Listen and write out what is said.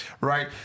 Right